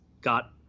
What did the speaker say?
got